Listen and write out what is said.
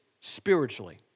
spiritually